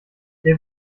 der